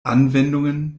anwendungen